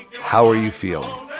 how are you feeling?